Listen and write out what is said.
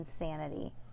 insanity